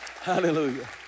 Hallelujah